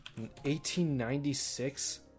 1896